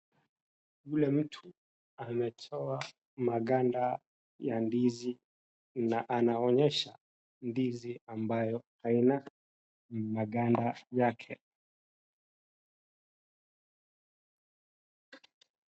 Yule mtu ametoa maganda ya ndizi na naonyesha ndizi amabyo haina maganda yake.